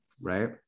right